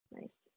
Nice